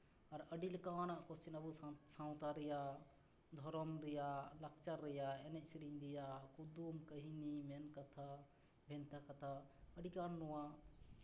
ᱟᱨ ᱟᱹᱰᱤ ᱞᱮᱠᱟᱱᱟᱜ ᱠᱳᱥᱪᱟᱱ ᱟᱵᱚ ᱥᱟᱶᱛᱟ ᱨᱮᱭᱟᱜ ᱫᱷᱚᱨᱚᱢ ᱨᱮᱭᱟᱜ ᱞᱟᱠᱪᱟᱨ ᱨᱮᱭᱟᱜ ᱮᱱᱮᱡ ᱥᱤᱨᱤᱧ ᱨᱮᱭᱟᱜ ᱠᱩᱫᱩᱢ ᱠᱟᱹᱦᱱᱤ ᱢᱮᱱᱠᱟᱛᱷᱟ ᱵᱷᱮᱱᱛᱟ ᱠᱟᱛᱷᱟ ᱟᱹᱰᱤᱜᱟᱱ ᱱᱚᱣᱟ